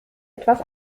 etwas